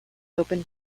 open